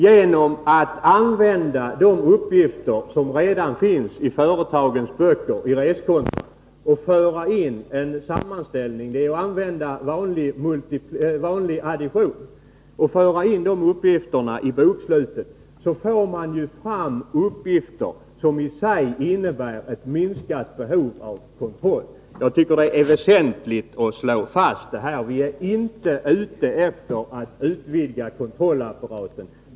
Genom att använda de uppgifter som redan finns i företagens böcker, i reskontran, och föra in en sammanställning, dvs. använda vanlig addition, och föra in de uppgifterna i bokslutet får man fram uppgifter som i sig innebär ett minskat behov av kontroll. Jag tycker att det är väsentligt att slå fast att vi inte är ute efter att utvidga kontrollapparaten.